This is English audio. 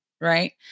right